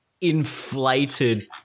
inflated